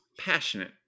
Passionate